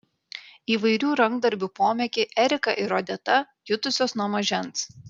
įvairių rankdarbių pomėgį erika ir odeta jutusios nuo mažens